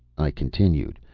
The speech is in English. i continued,